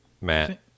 Matt